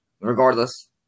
regardless